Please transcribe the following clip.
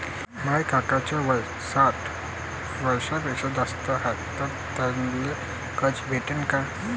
माया काकाच वय साठ वर्षांपेक्षा जास्त हाय तर त्याइले कर्ज भेटन का?